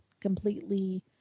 completely